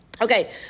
Okay